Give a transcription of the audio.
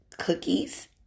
cookies